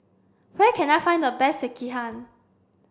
where can I find the best Sekihan